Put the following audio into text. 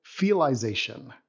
feelization